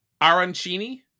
Arancini